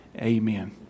Amen